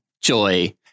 Joy